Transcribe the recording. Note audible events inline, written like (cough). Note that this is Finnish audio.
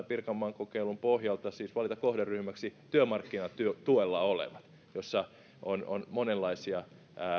(unintelligible) pirkanmaan kokeilun pohjalta valita kohderyhmäksi työmarkkinatuella olevat missä on monenlaisia